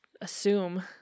assume